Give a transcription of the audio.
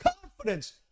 confidence